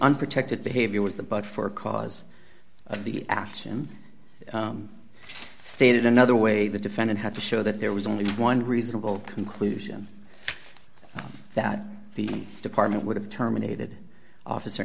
unprotected behavior was the but for cause of the action stated another way the defendant had to show that there was only one reasonable conclusion that the department would have terminated officer